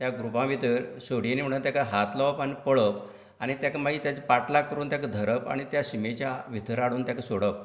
त्या ग्रुपां भितर सोडिनी म्हणटा तेका हात लावप आनी पळप आनी तेका मागीर तेजो पाटलाव करून तेका धरप आनी त्या शिमेच्या भितर हाडून तेका सोडप